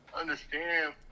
understand